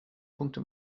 punkte